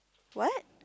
what